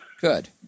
good